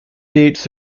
dates